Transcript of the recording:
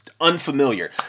unfamiliar